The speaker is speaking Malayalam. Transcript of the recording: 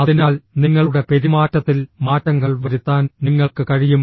അതിനാൽ നിങ്ങളുടെ പെരുമാറ്റത്തിൽ മാറ്റങ്ങൾ വരുത്താൻ നിങ്ങൾക്ക് കഴിയും